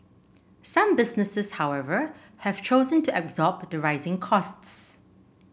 some businesses however have chosen to absorb the rising costs